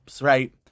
right